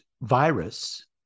virus